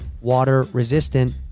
water-resistant